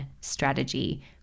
strategy